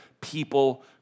people